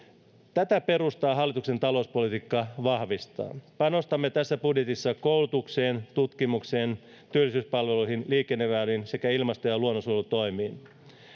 tätä perustaa hallituksen talouspolitiikka vahvistaa panostamme tässä budjetissa koulutukseen tutkimukseen työllisyyspalveluihin liikenneväyliin sekä ilmasto ja luonnonsuojelutoimiin